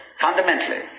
fundamentally